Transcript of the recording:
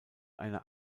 einer